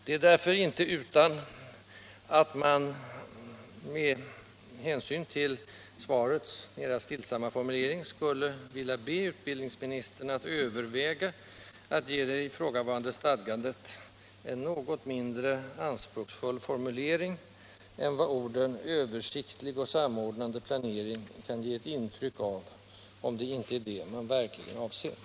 Det är därför inte utan att man, med hänsyn till svarets mera stillsamma formulering, skulle vilja be utbildningsministern att överväga att ge det ifrågavarande stadgandet en något mindre anspråksfull formulering än vad orden ”översiktlig och samordnande planering” kan ge ett intryck av, om det inte är detta man verkligen avser.